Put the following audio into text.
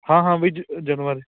ਹਾਂ ਹਾਂ ਬਾਈ ਜ ਜਦ ਮਰਜ਼ੀ